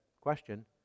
question